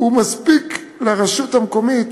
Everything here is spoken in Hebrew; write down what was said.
מספיק לרשות המקומית